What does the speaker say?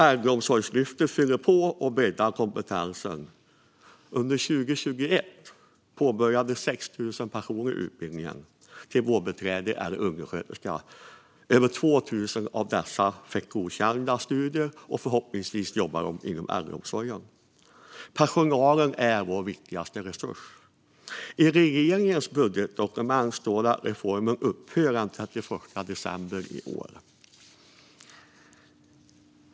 Äldreomsorgslyftet fyller på och breddar kompetensen. Under 2021 påbörjade över 6 000 personer utbildningen till vårdbiträde eller undersköterska. Över 2 000 av dem avslutade studierna med godkända betyg, och förhoppningsvis jobbar de nu inom äldreomsorgen. Personalen är vår viktigaste resurs. Men i regeringens budgetdokument står det att reformen upphör den 31 december i år.